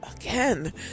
Again